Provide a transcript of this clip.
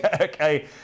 okay